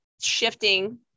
shifting